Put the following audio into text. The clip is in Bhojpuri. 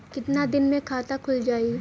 कितना दिन मे खाता खुल जाई?